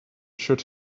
should